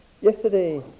Yesterday